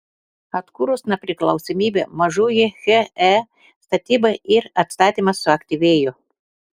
atkūrus nepriklausomybę mažųjų he statyba ir atstatymas suaktyvėjo